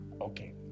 Okay